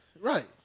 Right